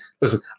listen